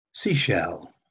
Seashell